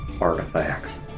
artifacts